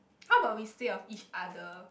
how about we say of each other